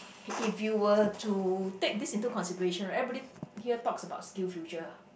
if you were to take this into consideration right everybody here talks about Skill Future